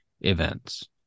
events